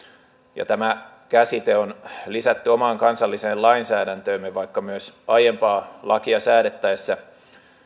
ja tämä käsite on lisätty omaan kansalliseen lainsäädäntöömme vaikka myös aiempaa lakia säädettäessä